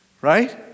Right